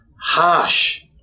harsh